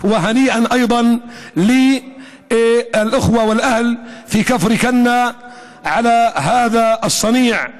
ברכותיי גם לאחים ולתושבים בכפר כנא על העשייה הברוכה הזאת,